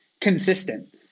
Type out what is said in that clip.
consistent